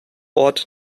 ort